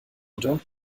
oder